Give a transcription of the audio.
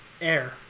air